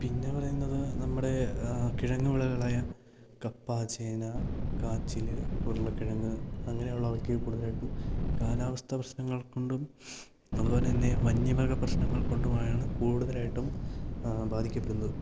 പിന്നെ പറയുന്നത് നമ്മുടെ കിഴങ്ങ് വിളകളായ കപ്പ ചേന കാച്ചില് ഉരുളക്കിഴങ്ങ് അങ്ങനെയുള്ളവയ്ക്ക് കൂടുതലായിട്ടും കാലാവസ്ഥ പ്രശ്നങ്ങൾ കൊണ്ടും അതുപോലെ തന്നെ വന്യമൃഗ പ്രശ്നങ്ങൾ കൊണ്ടുമായാണ് കൂടുതലായിട്ടും ബാധിക്കപ്പെടുന്നത്